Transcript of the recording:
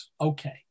Okay